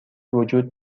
وجود